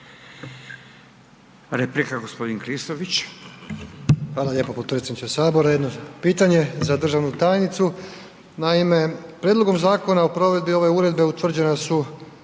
Joško (SDP)** Hvala lijepo potpredsjedniče Sabora. Jedno pitanje za državnu tajnicu. Naime, prijedlogom zakona o provedbi ove uredbe utvrđena su